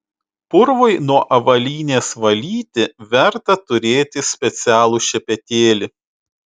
purvui nuo avalynės valyti verta turėti specialų šepetėlį